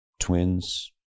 Twins